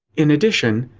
in addition,